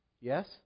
Yes